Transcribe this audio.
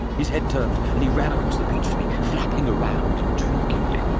his head turned and he ran across the beach to me, flapping around intriguingly.